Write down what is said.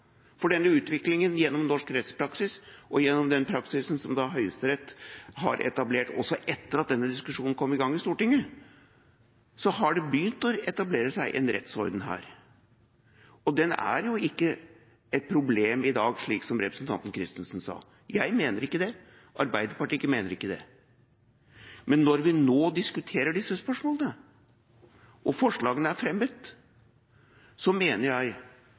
for med denne utviklinga gjennom norsk rettspraksis og gjennom den praksis som Høyesterett har etablert også etter at denne diskusjonen kom i gang i Stortinget, har det begynt å etablere seg en rettsorden her. Den er jo ikke et problem i dag, slik som representanten Christensen sa. Jeg mener ikke det, Arbeiderpartiet mener ikke det. Men når vi nå diskuterer disse spørsmålene, og forslagene er fremmet, mener jeg